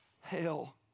hell